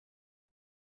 she